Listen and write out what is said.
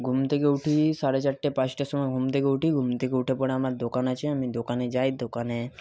ঘুম থেকে উঠি সাড়ে চারটে পাঁচটার সময় ঘুম থেকে উঠি ঘুম থেকে উঠে পরে আমার দোকান আছে আমি দোকানে যাই দোকানে